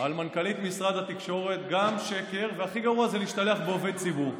גם שקר, והכי גרוע זה להשתלח בעובד ציבור.